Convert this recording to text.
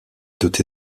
doté